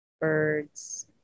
birds